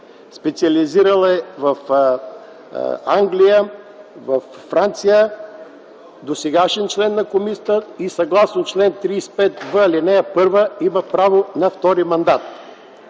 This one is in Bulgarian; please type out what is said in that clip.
Специализирал е в Англия, Франция. Досегашен член е на комисията и съгласно чл. 35в, ал. 1 има право на втори мандат.